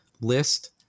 list